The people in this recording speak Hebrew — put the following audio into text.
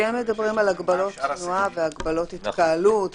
כי הם מדברים על הגבלות תנועה והגבלות התקהלות.